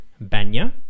Banya